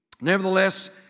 Nevertheless